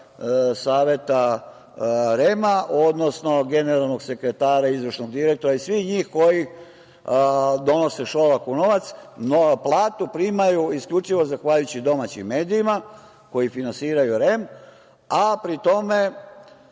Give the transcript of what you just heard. Saveta REM-a, odnosno generalnog sekretara, izvršnog direktora i svih njih koji donose Šolaku novac, platu primaju isključivo zahvaljujući domaćim medijima koji finansiraju REM, a pri tome